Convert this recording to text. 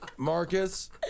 Marcus